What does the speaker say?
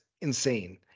insane